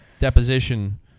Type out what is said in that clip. deposition